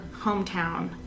hometown